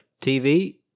TV